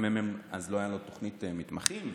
לממ"מ הייתה אז תוכנית מתמחים,